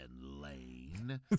Lane